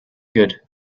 good